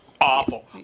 awful